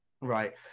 Right